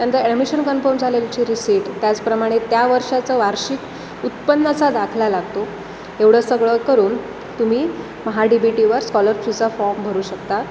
त्यानंतर admission confirm झाल्याची receipt त्याचप्रमाणे त्या वर्षाचा वार्षिक उत्पन्नाचा दाखला लागतो एवढं सगळं करून तुम्ही महा डी बी टीवर स्कॉलरशिचा फॉर्म भरू शकता